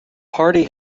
party